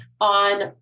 on